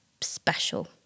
special